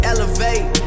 Elevate